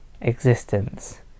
existence